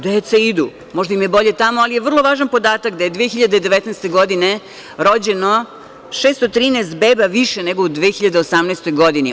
Deca idu, možda im je bolje tamo, ali je vrlo važan podatak da je 2019. godine rođeno 613 beba više nego u 2018. godini.